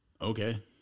okay